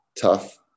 tough